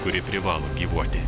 kuri privalo gyvuoti